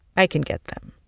i can get them.